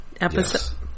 episode